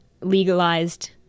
legalized